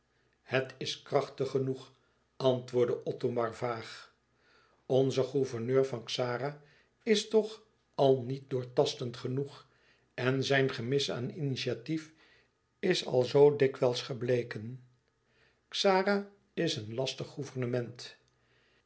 het is krachtig genoeg antwoordde othomar vaag onze gouverneur van xara is toch al niet doortastend genoeg en zijn gemis aan initiatief is al zoo dikwijls gebleken xara is een lastig